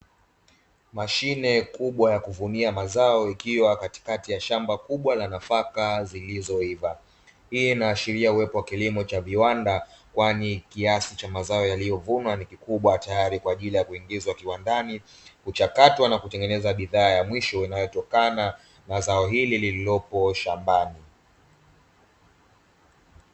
Mashine kubwa ya kuvunia mazao ikiwa katikati ya shamba kubwa la nafaka zilizoiva. Hii inashiria uwepo wa kilimo cha viwanda kwani kiasi cha mazao yaliyovunwa ni kikubwa tayari kwa ajili ya kuingizwa kiwandani, kuchakatwa na kutengeneza bidhaa ya mwisho; inayotokana na zao hili lilipo shambani.